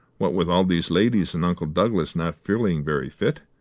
what with all these ladies, and uncle douglas not feeling very fit.